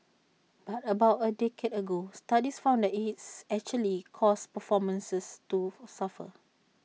but about A decade ago studies found that it's actually caused performances to suffer